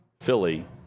Philly